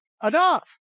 enough